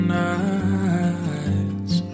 nights